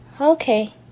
Okay